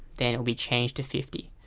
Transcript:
then it will be changed to fifty.